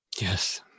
Yes